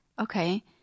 Okay